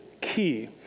key